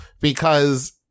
because-